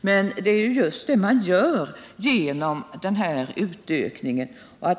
Men det är ju just det man gör genom den här utökningen!